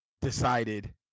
decided